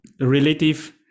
relative